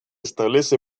establece